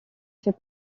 fait